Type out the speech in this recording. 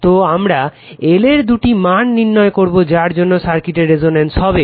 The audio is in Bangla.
তো আমারা L এর দুটি মান নির্ণয় করবো যার জন্য সার্কিটে রেসনেন্স হবে